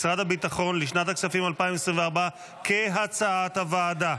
משרד הביטחון, לשנת הכספים 2024, כהצעת הוועדה.